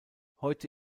heute